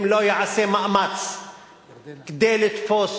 אם לא ייעשה מאמץ כדי לתפוס